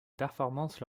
performance